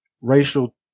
racial